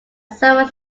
summers